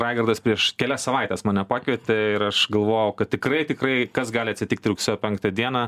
raganas prieš kelias savaites mane pakvietė ir aš galvojau kad tikrai tikrai kas gali atsitikti rugsėjo penktą dieną